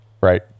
Right